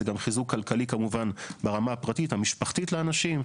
זה גם חיזוק כלכלי כמובן ברמה הפרטית-המשפחתית לאנשים,